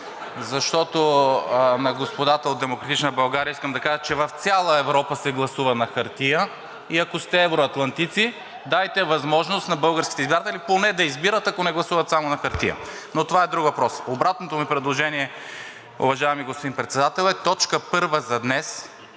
защото на господата от „Демократична България“ искам да кажа, че в цяла Европа се гласува на хартия и ако сте евроатлантици, дайте възможност на българските избиратели поне да избират, ако не гласуват само на хартия, но това е друг въпрос. Обратното ми предложение, уважаеми господин Председател, е точка първа за днес,